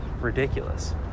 ridiculous